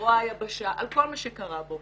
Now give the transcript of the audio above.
זרוע היבשה, על כל מה שקרה בה.